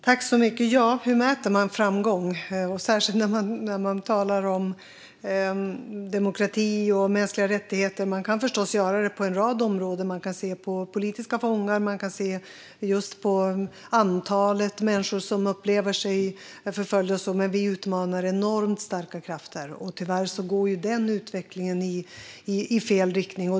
Fru talman! Hur mäter man framgång, särskilt när man talar om demokrati och mänskliga rättigheter? Man kan förstås göra det på en rad områden. Man kan se på antalet politiska fångar och antalet människor som upplever sig vara förföljda. Men vi utmanar enormt starka krafter, och tyvärr går denna utveckling i fel riktning.